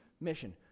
mission